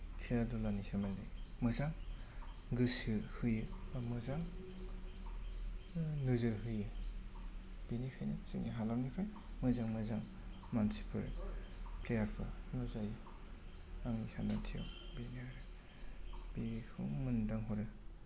खेला धुलानि सोमोन्दै मोजां गोसो होयो बा मोजां नोजोर होयो बेनिखायनो जोंनि हालामनिफ्राय मोजां मोजां मानसिफोर प्लेयार फोर नुजायो आंनि सान्दांथियाव बेनो आरो बेखौनो मोन्दांहरो